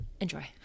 enjoy